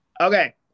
Okay